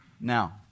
Now